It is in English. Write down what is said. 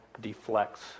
deflects